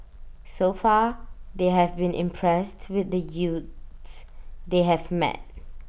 so far they have been impressed with the youths they have met